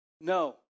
No